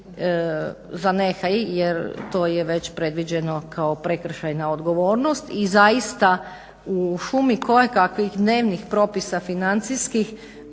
za nehaj jer to je već predviđeno kao prekršajna odgovornost. I zaista u šumi kojekakvih dnevnih propisa financijskih